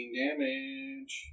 damage